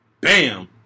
Bam